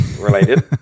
related